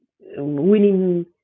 winning